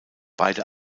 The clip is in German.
beide